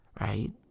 right